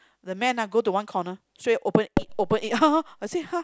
the man ah go to one corner straightaway open eat open eat I say !huh!